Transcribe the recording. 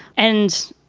and,